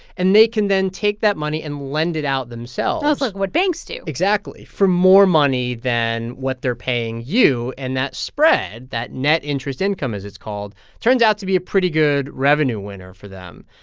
and they can then take that money and lend it out themselves oh, it's like what banks do exactly for more money than what they're paying you. and that spread that net interest income, as it's called turns out to be a pretty good revenue-winner for them.